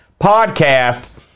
podcast